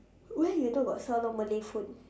where you thought got sell malay food